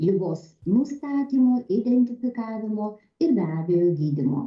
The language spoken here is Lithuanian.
ligos nustatymo identifikavimo ir be abejo gydymo